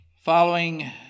following